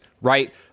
right